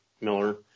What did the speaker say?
Miller